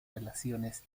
relaciones